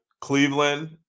Cleveland